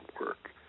work